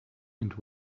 and